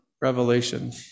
Revelation